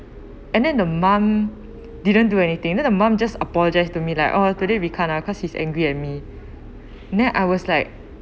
and then the mum didn't do anything then the mum just apologise to me like oo today we can't lah cause he's angry at me then I was like